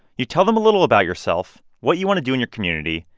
you tell them a little about yourself, what you want to do in your community,